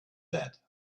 that